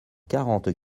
quarante